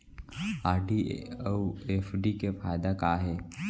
RD अऊ FD के फायेदा का हे?